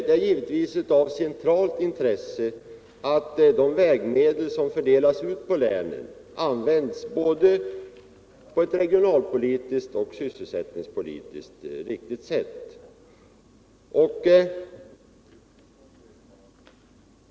Det är givetvis av centralt intresse att de vägmedel som fördelas till länen används på ett regionalpolitiskt och sysselsättningspolitiskt riktigt sätt.